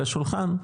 על השולחן,